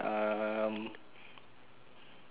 uh um